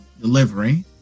delivery